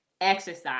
exercise